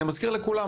אני מזכיר לכולם,